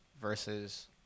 versus